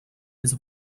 his